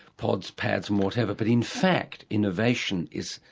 pods, pads and whatever, but in fact innovation is,